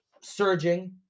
surging